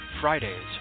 Fridays